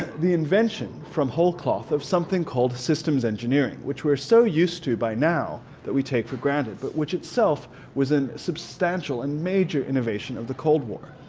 the invention from whole cloth of something called systems engineering which we're so used to by now that we take for granted but which itself was a and substantial and major innovation of the cold war.